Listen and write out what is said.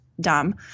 dumb